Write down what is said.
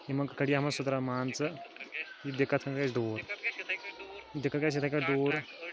یِمن مان ژٕ یہِ دقت گژھِ دوٗر دقت گژھِ یِتھَے کٲٹھۍ دوٗر